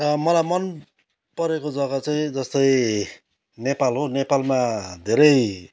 मलाई मनपरेको जग्गा चाहिँ जस्तै नेपाल हो नेपालमा धेरै